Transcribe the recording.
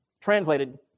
translated